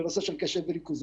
בנושא של קשב וריכוז,